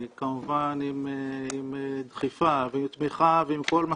כמובן עם דחיפה ועם תמיכה ועם כל מה